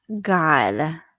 God